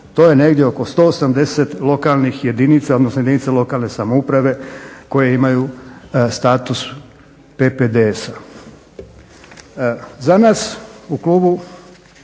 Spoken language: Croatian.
To je negdje oko 180 lokalnih jedinica, odnosno jedinica lokalne samouprave koje imaju status PPDS-a. Za nas u klubu